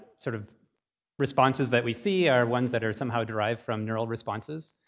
sort of responses that we see are ones that are somehow derived from neural responses.